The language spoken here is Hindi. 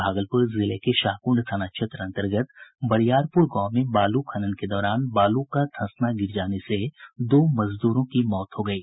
भागलपुर जिले के शाहकुंड थाना क्षेत्र अंतर्गत बरियारपुर गांव में बालू खनन के दौरान बालू का धंसना गिर जाने से दो मजदूरों की मौत हो गयी